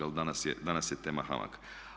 Ali danas je tema HAMAG.